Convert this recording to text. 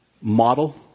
model